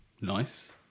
Nice